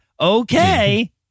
Okay